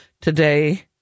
today